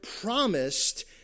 promised